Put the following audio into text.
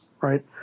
right